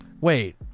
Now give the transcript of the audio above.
wait